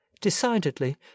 Decidedly